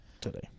Today